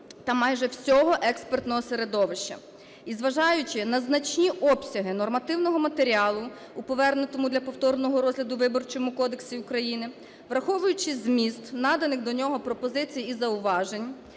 та майже всього експертного середовища. І зважаючи на значні обсяги нормативного матеріалу у повернутому для повторного розгляду Виборчому кодексі України, враховуючи зміст наданих до нього пропозицій і зауважень,